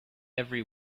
every